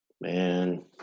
man